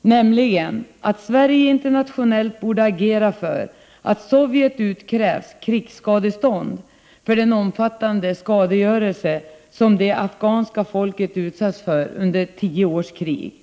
nämligen att Sverige internationellt borde agera för att Sovjet krävs på krigsskadestånd för den omfattande skadegörelse som det afghanska folket utsatts för under tio års krig.